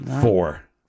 Four